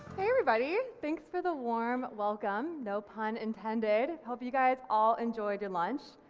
hey everybody, thanks for the warm welcome. no pun intended, hope you guys all enjoyed your lunch.